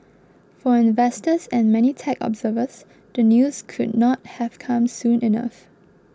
for investors and many tech observers the news could not have come soon enough